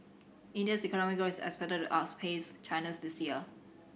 India's economic growth is expected to outpace China's this year